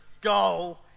goal